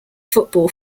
football